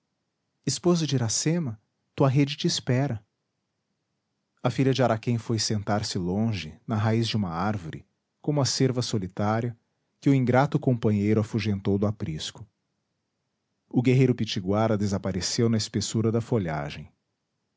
esposo de iracema tua rede te espera a filha de araquém foi sentar-se longe na raiz de uma árvore como a cerva solitária que o ingrato companheiro afugentou do aprisco o guerreiro pitiguara desapareceu na espessura da folhagem